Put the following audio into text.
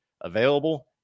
available